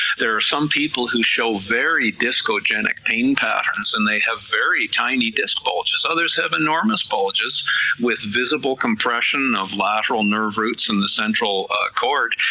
there are some people who show very discalgenic pain patterns, and they have very tiny disc bulges, others have enormous bulges visible compression of lateral nerve roots in the central cord,